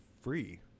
free